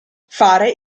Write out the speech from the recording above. fare